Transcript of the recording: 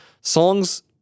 songs